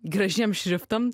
gražiem šriftam